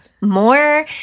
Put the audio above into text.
more